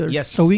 Yes